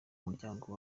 umuryango